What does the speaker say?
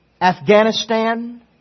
Afghanistan